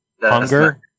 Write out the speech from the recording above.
hunger